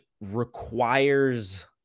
requires